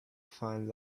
find